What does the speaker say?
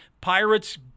Pirates